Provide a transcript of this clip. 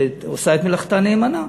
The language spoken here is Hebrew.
שעושה מלאכתה נאמנה,